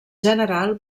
general